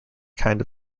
kind